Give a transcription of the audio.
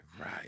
Right